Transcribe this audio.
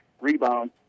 rebound